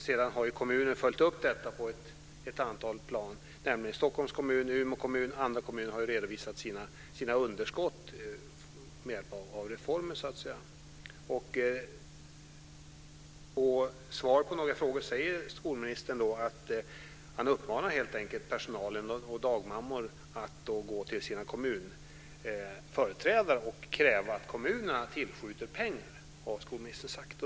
Sedan har kommunerna följt upp detta på ett antal plan, nämligen Stockholms kommun, Umeå kommun och andra kommuner har redovisat sina underskott i och med reformen. I svaret säger skolministern att han uppmanar personalen och dagmammorna att gå till sina kommunföreträdare och kräva att kommunerna tillskjuter pengar.